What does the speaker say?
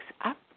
up